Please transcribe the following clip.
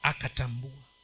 Akatambua